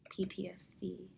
PTSD